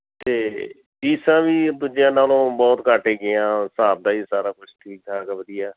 ਅਤੇ ਫੀਸਾਂ ਵੀ ਦੂਜਿਆਂ ਨਾਲੋਂ ਬਹੁਤ ਘੱਟ ਹੈਗੀਆਂ ਹਿਸਾਬ ਦਾ ਹੀ ਸਾਰਾ ਕੁਝ ਠੀਕ ਠਾਕ ਵਧੀਆ